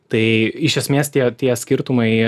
tai iš esmės tie tie skirtumai